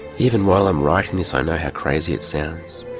even while i'm writing this i know how crazy it sounds.